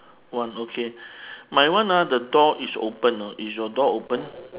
one okay my one ah the door is open know is your door open